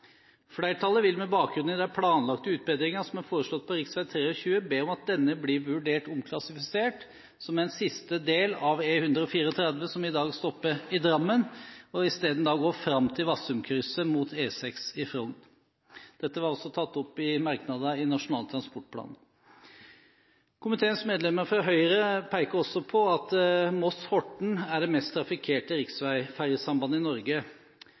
Flertallet vil med bakgrunn i de planlagte utbedringer som er foreslått på rv. 23, be om at denne blir vurdert omklassifisert som en siste del av E134, som i dag stopper i Drammen, og isteden går fram til Vassumkrysset mot E6 i Frogn. Dette var altså tatt opp i merknadene i Nasjonal transportplan. Komiteens medlemmer fra Høyre peker også på at Moss–Horten er det mest trafikkerte riksveiferjesambandet i Norge,